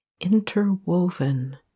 interwoven